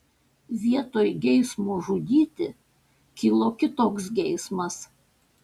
vietoj geismo žudyti kilo kitoks geismas